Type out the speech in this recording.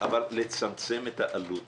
אבל לצמצם את העלות